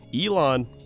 Elon